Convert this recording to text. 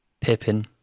Pippin